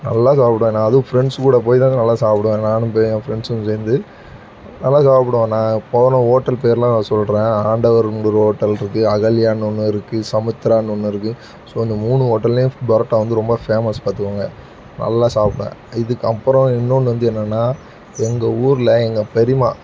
நல்லா சாப்பிடுவேன் நான் அதுவும் ஃப்ரெண்ட்ஸ் கூட போய் தான் நான் நல்லா சாப்பிடுவேன் நானும் பெ என் ஃப்ரெண்ட்ஸும் சேர்ந்து நல்லா சாப்பிடுவோம் நான் போனே ஹோட்டல் பெயர்லாம் நான் சொல்கிறேன் ஆண்டவருங்கிற ஹோட்டல் இருக்குது அகல்யானு ஒன்று இருக்குது சமுத்ரானு ஒன்று இருக்குது ஸோ இந்த மூணு ஹோட்டல்லேயும் பரோட்டா வந்து ரொம்ப ஃபேமஸ் பார்த்துக்கோங்க நல்லா சாப்பிடுவேன் இதுக்கப்புறோம் இன்னொன்று வந்து என்னென்னா எங்கள் ஊரில் எங்கள் பெரியம்மா